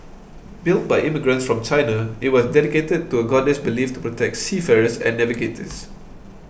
built by immigrants from China it was dedicated to a goddess believed to protect seafarers and navigators